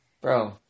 bro